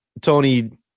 Tony